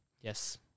Yes